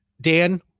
Dan